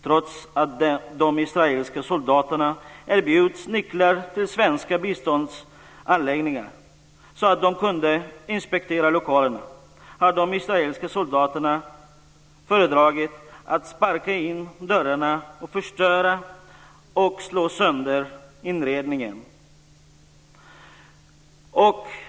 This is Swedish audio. Trots att de israeliska soldaterna erbjuds nycklar till svenska biståndsanläggningar, så att de kan inspektera lokalerna, har de föredragit att sparka in dörrarna och förstöra och slå sönder inredningen.